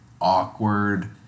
awkward